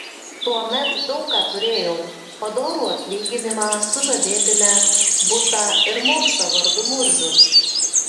tuomet daug ką turėjau padorų atlyginimą sužadėtinę butą ir mopsą vardu murzius